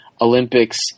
Olympics